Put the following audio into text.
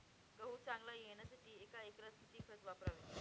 गहू चांगला येण्यासाठी एका एकरात किती खत वापरावे?